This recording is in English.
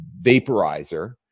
vaporizer